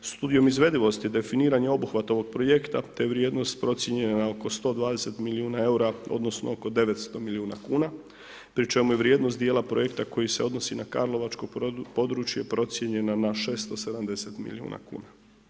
Studijom izvedivosti definiran je obuhvat ovog projekta te vrijednost procijenjena na oko 120 milijuna EUR-a odnosno oko 900 milijuna kuna, pri čemu je vrijednost dijela projekta koji se odnosi na karlovačko područje procijenjena na 670 milijuna kuna.